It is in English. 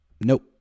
Nope